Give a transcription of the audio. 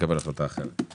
נקבל החלטה אחרת.